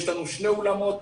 יש לנו שני אולמות.